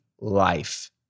life